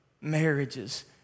marriages